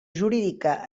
jurídica